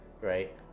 Right